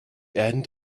end